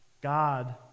God